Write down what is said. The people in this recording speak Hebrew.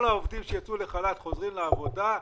כל העובדים שיצאו לחל"ת חוזרים לעבודה,